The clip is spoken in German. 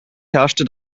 herrschte